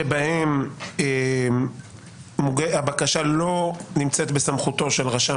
שבהם הבקשה לא נמצאת בסמכותו של הרשם